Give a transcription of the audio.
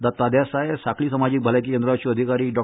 दत्ता देसाय साखळी समाजिक भलायकी केंद्राच्यो अधिकारी डॉ